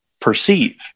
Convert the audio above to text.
perceive